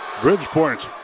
Bridgeport